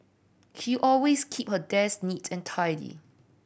she always keep her desk neat and tidy